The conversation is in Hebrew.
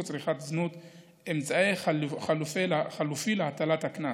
צריכת זנות (אמצעי חלופי להטלת הקנס),